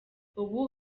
ubu